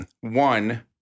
One